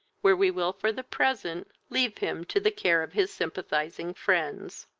where we will for the present leave him to the care of his sympathizing friends.